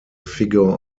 figure